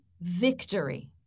victory